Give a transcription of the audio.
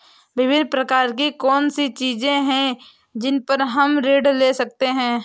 विभिन्न प्रकार की कौन सी चीजें हैं जिन पर हम ऋण ले सकते हैं?